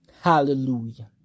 Hallelujah